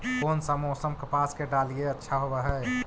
कोन सा मोसम कपास के डालीय अच्छा होबहय?